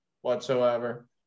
whatsoever